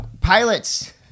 Pilots